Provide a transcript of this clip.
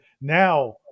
Now